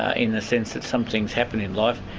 ah in the sense that some things happen in life,